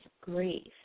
grief